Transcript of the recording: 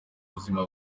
buzima